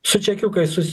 su čekiukais su